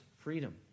freedom